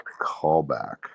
callback